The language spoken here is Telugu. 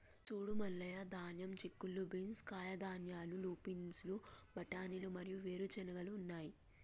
సూడు మల్లయ్య ధాన్యం, చిక్కుళ్ళు బీన్స్, కాయధాన్యాలు, లూపిన్లు, బఠానీలు మరియు వేరు చెనిగెలు ఉన్నాయి